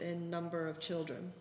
in number of children